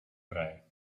vrij